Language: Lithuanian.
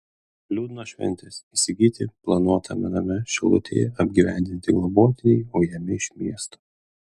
liūdnos šventės įsigyti planuotame name šilutėje apgyvendinti globotiniai ujami iš miesto